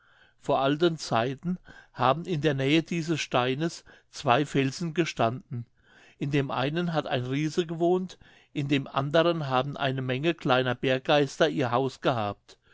vor alten zeiten haben in der nähe dieses steines zwei felsen gestanden in dem einen hat ein riese gewohnt in dem anderen haben eine menge kleiner berggeister ihr haus gehabt